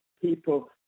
people